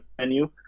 menu